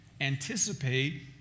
anticipate